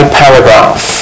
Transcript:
paragraph